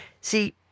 see